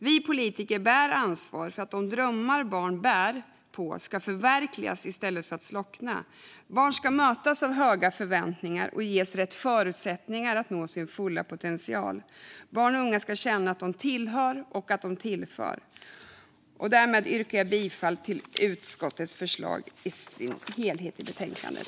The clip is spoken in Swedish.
Vi politiker bär ett ansvar för att de drömmar som barn bär på ska förverkligas i stället för att slockna. Barn ska mötas av höga förväntningar och ges rätt förutsättningar att nå sin fulla potential. Barn och unga ska känna att de tillhör och tillför. Förbättrade åtgärder när barn misstänksför brott Därmed yrkar jag bifall till utskottets förslag i betänkandet i dess helhet.